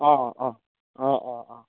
অঁ অঁ অঁ অঁ অঁ